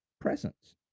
presence